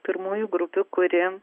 pirmųjų grupių kuri